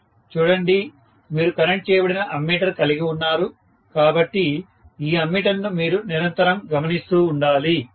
professor చూడండి మీరు connect చేయబడిన అమ్మీటర్ కలిగి ఉన్నారు కాబట్టి ఈ అమ్మీటర్ ను మీరు నిరంతరం గమనిస్తూ ఉండాలి